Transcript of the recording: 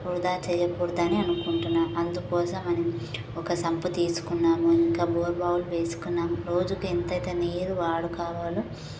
వృదా చేయకూడదని అనుకుంటున్నాను అందుకోసమని ఒక సంపు తీసుకున్నాము ఇంకా బొరుబావులు వేసుకున్నాం రోజుకి ఎంతయితే నీరు వాడుకోవాలో